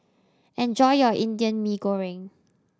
enjoy your Indian Mee Goreng